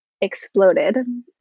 exploded